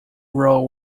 role